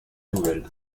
nouvelle